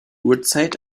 uhrzeit